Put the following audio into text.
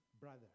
brother